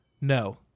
No